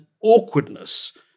awkwardness